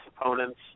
opponents